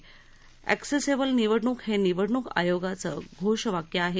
accessible निवडणूक हे निवडणूक आयोगाचे घोषवाक्य आहे